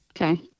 Okay